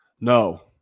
No